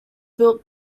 built